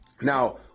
Now